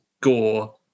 gore